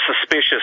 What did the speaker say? suspicious